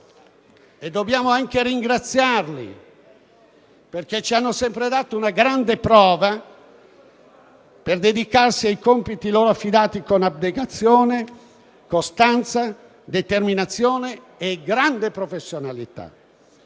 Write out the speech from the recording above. Dobbiamo ringraziarli perché ci hanno sempre dato grandi prove dedicandosi ai compiti loro affidati con abnegazione, costanza, determinazione e grande professionalità.